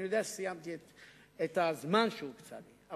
אני יודע שסיימתי את הזמן שהוקצה לי.